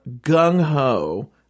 gung-ho